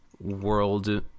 world